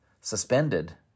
suspended